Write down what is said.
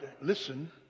listen